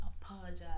apologize